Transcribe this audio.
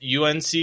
UNC